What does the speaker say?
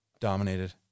dominated